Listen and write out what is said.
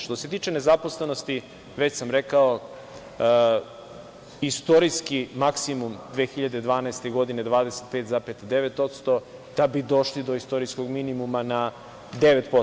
Što se tiče nezaposlenosti, već sam rekao, istorijski maksimum 2012. godine 25,9%, da bi došli do istorijskog minimuma na 9%